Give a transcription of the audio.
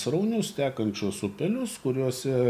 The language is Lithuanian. sraunius tekančius upelius kuriuose